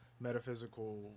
metaphysical